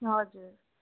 हजुर